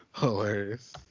Hilarious